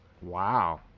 wow